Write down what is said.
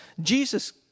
Jesus